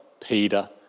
Peter